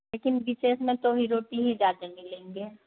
लेकिन विशेष में दो ही रोटी ही ज़्यादा मिलेंगे